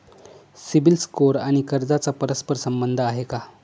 CIBIL score आणि कर्जाचा परस्पर संबंध आहे का?